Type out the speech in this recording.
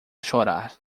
chorar